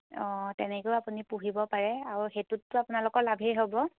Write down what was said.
অঁ তেনেকৈয়ো আপুনি পুহিব পাৰে আৰু সেইটোতটো আপোনালোকৰ লাভেই হ'ব